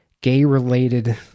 gay-related